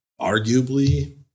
arguably